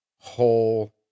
whole